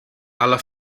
alla